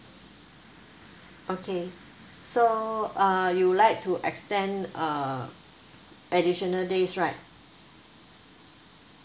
okay so uh you would like to extend uh additional days right